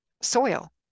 soil